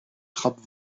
trappe